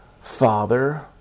Father